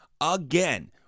again